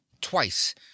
twice